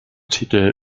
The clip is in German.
titel